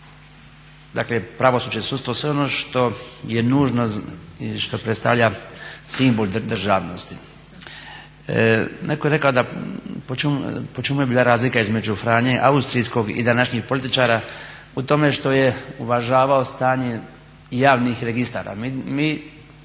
dakle pravosuđe, sudstvo sve ono što je nužno i što predstavlja simbol državnosti. Netko je rekao da po čemu je bila razlika između Franje Austrijskog i današnjih političara? U tome što je uvažavao stanje javnih registara.